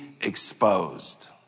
exposed